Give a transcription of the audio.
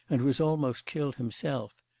and was almost killed himself.